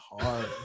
hard